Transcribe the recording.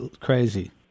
crazy